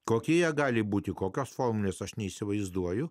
kokie jie gali būti kokios forminės aš neįsivaizduoju